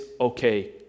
okay